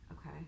okay